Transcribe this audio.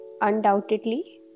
Undoubtedly